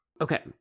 Okay